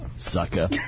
Sucker